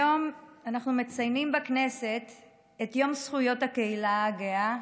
היום אנחנו מציינים בכנסת את יום זכויות הקהילה הגאה,